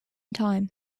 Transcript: time